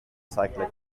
cyclic